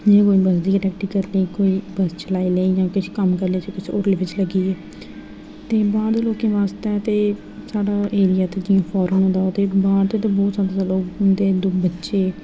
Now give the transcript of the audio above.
जि'यां कोई बजरी किट्ठी करी लेई कोई बरश लाई लेई जि'यां किश कम्म करी लैआ जां कुसै होटलै बिच लग्गी गे ते बाह्र दे लोकें बास्तै ते साढ़ा एरिया ते जि'यां फॉरेन दा ते बाह्र दे ते बहोत जादा लोग औंदे न जम्मू बिच